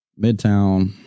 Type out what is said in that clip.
Midtown